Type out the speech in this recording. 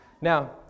Now